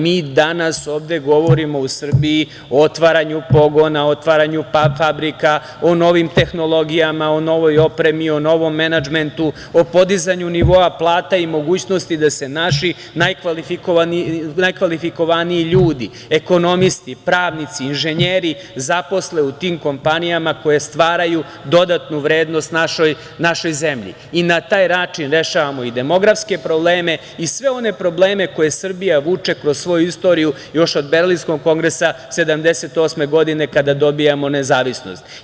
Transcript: Mi danas ovde govorimo o Srbiji o otvaranju pogona, o otvaranju fabrika, o novim tehnologijama, o novoj opremi, o novom menadžmentu, o podizanju nivoa plata i mogućnosti da se naši najkvalifikovaniji ljudi, ekonomisti, pravnici, inženjeri zaposle u tim kompanijama koje stvaraju dodatnu vrednost našoj zemlji i na taj način rešavamo i demografske probleme i sve one probleme koje Srbija vuče kroz svoju istoriju još od Berlinskog kongres 1978. godine kada dobijamo nezavisnost.